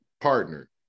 Partner